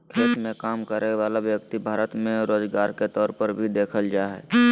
खेत मे काम करय वला व्यक्ति भारत मे रोजगार के तौर पर भी देखल जा हय